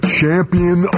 champion